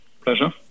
pleasure